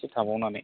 इसे थाबावनानै